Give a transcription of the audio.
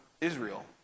Israel